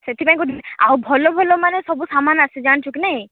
ସେଥିପାଇଁ କହୁଥିଲି ଆଉ ଭଲ ଭଲ ମାନେ ସବୁ ସାମାନ୍ ଆସିଛି ଜାଣିଛୁ କି ନାଇଁ